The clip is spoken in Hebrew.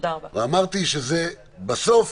ואמרתי שבסוף